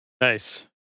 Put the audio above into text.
Nice